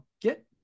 get